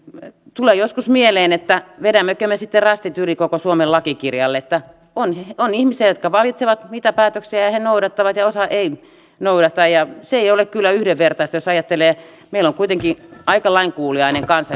tulee joskus mieleen että vedämmekö me sitten rastit yli koko suomen lakikirjan että on on ihmisiä jotka valitsevat mitä päätöksiä he noudattavat ja osa ei noudata se ei ole kyllä yhdenvertaista jos ajattelee sitä että meillä on kuitenkin aika lainkuuliainen kansa